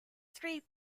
three